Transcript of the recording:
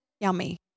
Yummy